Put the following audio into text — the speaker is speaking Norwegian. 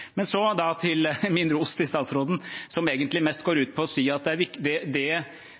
Men så til min ros til statsråden, som egentlig mest går ut på å si at det statsråden svarer Jon Georg Dale, er det